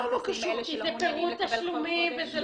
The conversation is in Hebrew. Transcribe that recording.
כי זה פירוט תשלומים.